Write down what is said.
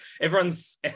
everyone's